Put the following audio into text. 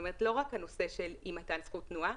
לא רק הנושא של אי מתן זכות תנועה,